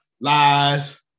lies